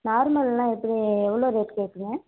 நார்மல்ன்னா எப்படி எவ்வளோ ரேட் கேட்பிங்க